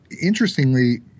interestingly